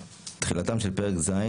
(א) תחילתם של פרק ז,